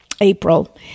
April